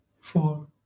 four